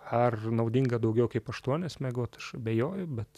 ar naudinga daugiau kaip aštuonias miegot aš abejoju bet